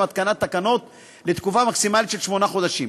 התקנת תקנות לתקופה מקסימלית של שמונה חודשים.